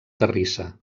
terrissa